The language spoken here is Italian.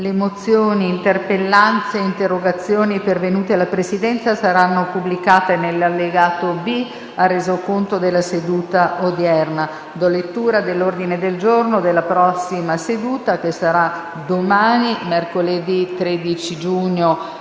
Le mozioni, interpellanze e interrogazioni pervenute alla Presidenza saranno pubblicate nell’allegato B al Resoconto della seduta odierna. Ordine del giorno per la seduta di mercoledì 13 giugno